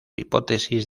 hipótesis